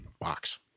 Box